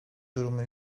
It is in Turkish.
durumu